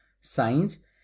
science